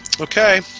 Okay